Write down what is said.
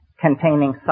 containing